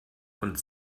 und